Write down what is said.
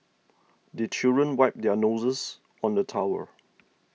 the children wipe their noses on the towel